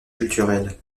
culturel